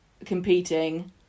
Competing